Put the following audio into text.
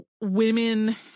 women